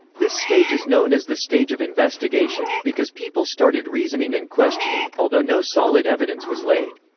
this stage is known as the stage of investigation, because people started reasoning and questioning, although no solid evidence was laid.